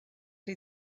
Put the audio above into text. die